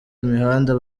imihanda